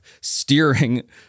steering